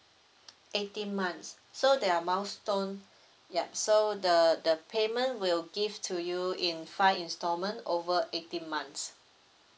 eighteen months so there are milestone yup so the the payment will give to you in five installment over eighteen months